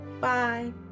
Bye